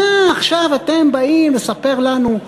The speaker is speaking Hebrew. מה עכשיו אתם באים לספר לנו?